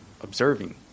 observing